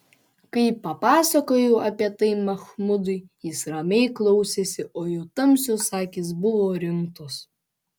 kai papasakojau apie tai machmudui jis ramiai klausėsi o jo tamsios akys buvo rimtos